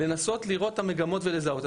לנסות לראות את המגמות ולזהות.